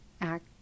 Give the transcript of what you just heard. act